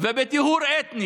ובטיהור אתני